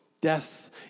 Death